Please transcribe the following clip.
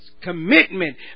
commitment